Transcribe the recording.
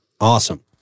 Awesome